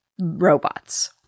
robots